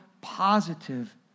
positive